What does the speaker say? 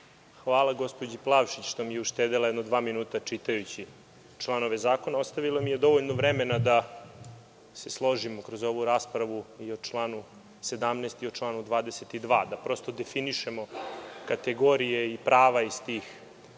hvala gospođi Plavšić što mi je uštedela jedno dva minuta čitajući članove zakona. Ostavila mi je dovoljno vremena se složimo kroz ovu raspravu i o članu 17. i o članu 22. da prosto definišemo kategorije i prava iz tih članova